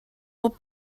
will